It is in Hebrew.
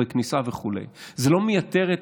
זה לא מייתר את